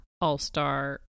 all-star